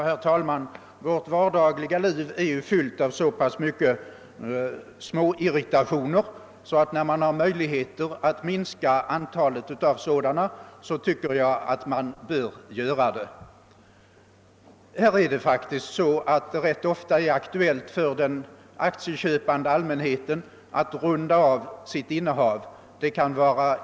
Herr talman! Vårt dagliga liv är fyllt av så många småirritationer att jag anser att man bör minska dem, om man har möjligheter därtill. Det är faktiskt ganska ofta aktuellt för den aktieköpande allmänheten att runda av sitt aktieinnehav.